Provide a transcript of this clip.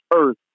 earth